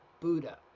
Buddha